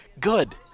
good